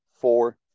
four